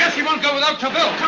he won't go without tobel.